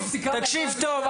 תקשיב טוב,